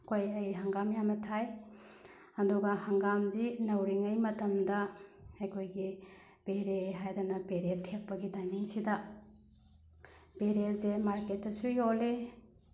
ꯑꯩꯈꯣꯏ ꯑꯩ ꯍꯪꯒꯥꯝ ꯌꯥꯝꯅ ꯊꯥꯏ ꯑꯗꯨꯒ ꯍꯪꯒꯥꯝꯖꯤ ꯅꯧꯔꯤꯉꯩ ꯃꯇꯝꯗ ꯑꯩꯈꯣꯏꯒꯤ ꯄꯦꯔꯦ ꯍꯥꯏꯗꯅ ꯄꯦꯔꯦ ꯊꯦꯛꯄꯒꯤ ꯇꯥꯏꯃꯤꯡꯁꯤꯗ ꯄꯦꯔꯦꯁꯦ ꯃꯥꯔꯀꯦꯠꯇꯁꯨ ꯌꯣꯜꯂꯤ